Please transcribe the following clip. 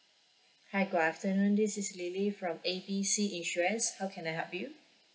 hi good afternoon this is lily from A B C insurance how can I help you